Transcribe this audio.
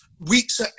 Weeks